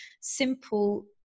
simple